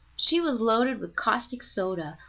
she was loaded with caustic soda,